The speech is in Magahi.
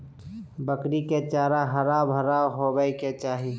बकरी के चारा हरा भरा होबय के चाही